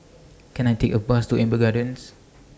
Can I Take A Bus to Amber Gardens